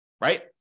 right